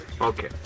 Okay